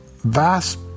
vast